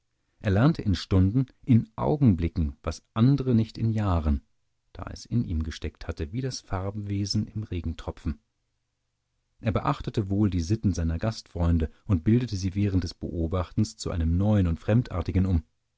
er lernte in stunden in augenblicken was andere nicht in jahren da es in ihm gesteckt hatte wie das farbenwesen im regentropfen er beachtete wohl die sitten seiner gastfreunde und bildete sie während des beobachtens zu einem neuen und fremdartigen um